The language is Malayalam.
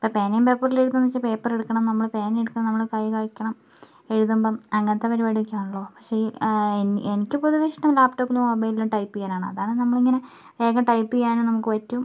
ഇപ്പൊൾ പേനയും പേപ്പറിലും എഴുതാന്ന് വെച്ചാൽ പേപ്പറെടുക്കണം നമ്മൾ പേനയെടുക്കണം നമ്മൾ കൈ കഴക്കണം എഴുതുമ്പം അങ്ങനത്തെ പരിപാടിയൊക്കെയാണല്ലോ പക്ഷേയീ എനി എനിക്കിതിപ്പം ഇഷ്ട്ടം ലാപ്ടോപ്പിലും മൊബൈലിലും ടൈപ് ചെയ്യാനാണ് അതാണ് നമ്മൾ ഇങ്ങനെ വേഗം ടൈപ് ചെയ്യാനും നമുക്ക് പറ്റും